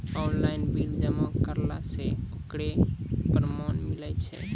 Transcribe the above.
Online bill जमा करला से ओकरौ परमान मिलै छै?